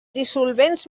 dissolvents